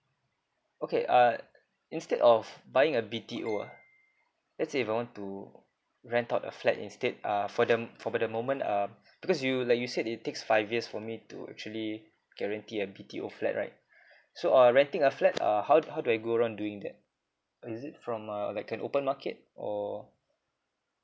okay uh instead of buying a B_T_O ah let's say if I want to rent out a flat instead uh for them for but the moment um because you like you said it takes five years for me to actually guarantee a B_T_O flat right so uh renting a flat err how how do I go around doing that is it from uh like an open market or